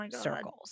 circles